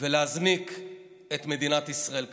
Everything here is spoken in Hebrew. ולהזניק את מדינת ישראל קדימה.